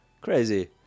crazy